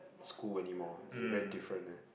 school anymore it's very different eh